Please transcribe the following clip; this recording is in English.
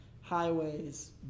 highways